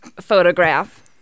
photograph